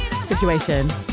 situation